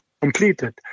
completed